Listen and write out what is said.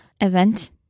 Event